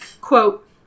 Quote